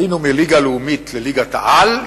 עלינו מהליגה הלאומית לליגת-העל,